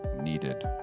needed